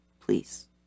Please